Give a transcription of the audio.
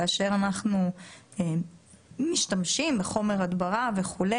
כשאנחנו משתמשים בחומר הדברה וכו',